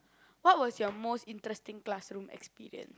what was your most interesting classroom experience